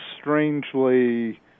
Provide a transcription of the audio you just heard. strangely